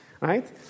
right